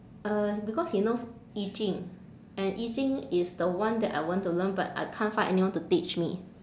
uh because he knows 易经 and 易经 is the one that I want to learn but I can't find anyone to teach me